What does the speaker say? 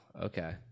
okay